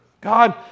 God